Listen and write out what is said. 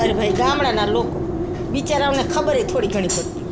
અરે ભાઈ ગામડાના લોકો બીચારાઓને ખબરેય થોડી ઘણી પડતી હોય